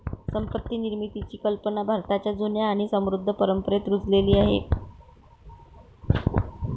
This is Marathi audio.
संपत्ती निर्मितीची कल्पना भारताच्या जुन्या आणि समृद्ध परंपरेत रुजलेली आहे